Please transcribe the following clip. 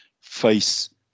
face